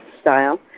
Style